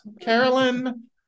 Carolyn